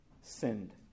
sinned